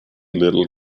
little